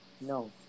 No